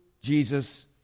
Jesus